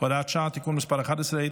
(הוראת שעה) (תיקון מס' 11),